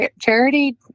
Charity